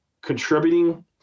contributing